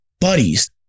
Buddies